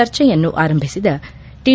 ಚರ್ಚೆಯನ್ನು ಆರಂಭಿಸಿದ ಟಿ